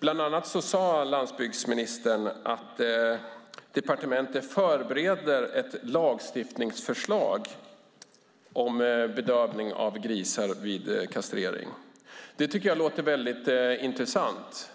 Bland annat sade landsbygdsministern att departementet förbereder ett lagstiftningsförslag om bedövning av grisar vid kastrering. Det låter väldigt intressant.